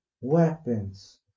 weapons